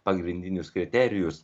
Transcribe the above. pagrindinius kriterijus